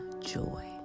joy